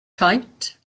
tight